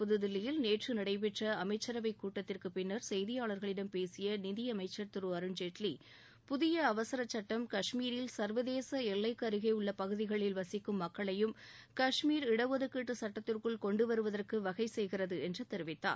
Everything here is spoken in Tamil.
புதுதில்லியில் நேற்று நடைபெற்ற அமைச்சரவைக் கூட்டத்திற்குப்பின்னர் செய்தியாளர்களிடம் பேசிய நிதியமைச்சர் திரு அருண்ஜேட்லி புதிய அவசரச்சுட்டம் காஷ்மீரில் சர்வதேச எல்லைக்கு அருகே உள்ள பகுதிகளில் வசிக்கும் மக்களையும் காஷ்மீர் இடஒதுக்கீடு சுட்டத்திற்குள் கொண்டுவருவதற்கு வகைசெய்கிறது என்று தெரிவித்தார்